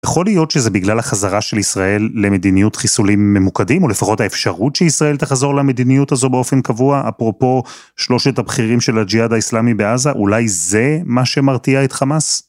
יכול להיות שזה בגלל החזרה של ישראל למדיניות חיסולים ממוקדים? או לפחות האפשרות שישראל תחזור למדיניות הזו באופן קבוע, אפרופו שלושת הבכירים של הג'יהאד האיסלמי בעזה, אולי זה מה שמרתיע את חמאס?